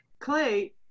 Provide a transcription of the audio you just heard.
Clay